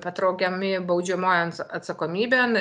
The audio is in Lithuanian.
patraukiami baudžiamojon atsakomybėn